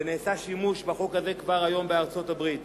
ונעשה שימוש בחוק הזה כבר היום בארצות-הברית.